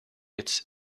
its